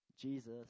Jesus